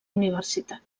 universitat